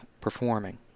performing